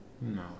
No